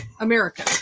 America